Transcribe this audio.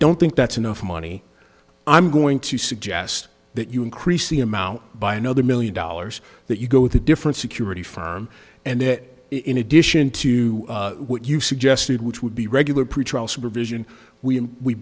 don't think that's enough money i'm going to suggest that you increase the amount by another million dollars that you go with a different security firm and that in addition to what you suggested which would be regular pretrial supervision we